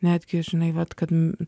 netgi žinai vat kad